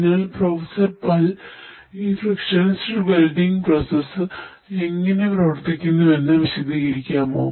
അതിനാൽ പ്രൊഫസർ പാൽ എങ്ങനെ പ്രവർത്തിക്കുന്നുവെന്ന് വിശദീകരിക്കാമോ